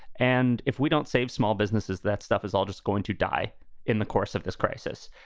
and if we don't save small businesses, that stuff is all just going to die in the course of this crisis.